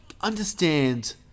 understand